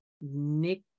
Nick